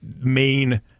main